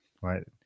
Right